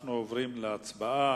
אנחנו עוברים להצבעה.